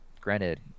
Granted